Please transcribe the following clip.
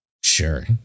Sure